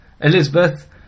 Elizabeth